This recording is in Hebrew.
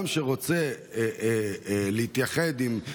אנחנו צריכים לכבד את זה שאדם רוצה להתייחד עם הצדיק,